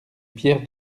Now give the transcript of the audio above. pierre